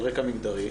על רקע מגדרי,